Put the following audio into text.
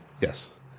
Yes